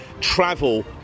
travel